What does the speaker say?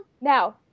Now